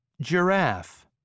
Giraffe